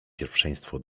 pierwszeństwo